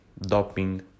doping